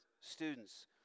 students